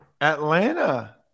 Atlanta